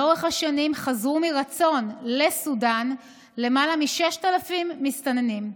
לאורך השנים חזרו מרצון לסודאן למעלה מ-6,000 מסתננים,